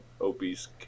obese